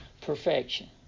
perfection